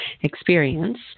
experience